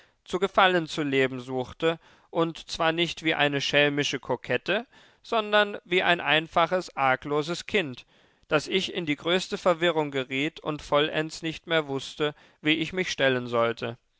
zu gefallen zu leben suchte und zwar nicht wie eine schelmische kokette sondern wie ein einfaches argloses kind daß ich in die größte verwirrung geriet und vollends nicht mehr wußte wie ich mich stellen sollte